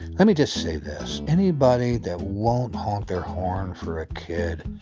let me just say this, anybody that won't honk their horn for a kid,